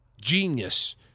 genius